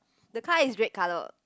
the car is red colour